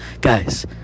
guys